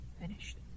Finished